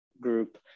group